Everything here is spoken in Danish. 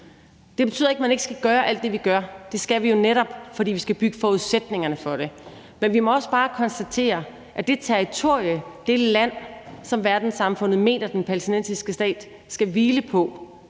Det betyder ikke, at man ikke skal gøre alt det, vi gør. Det skal vi jo netop, for vi skal opbygge forudsætningerne for det. Men vi må også bare konstatere, at det territorie, det land, som verdenssamfundet mener den palæstinensiske stat skal hvile på,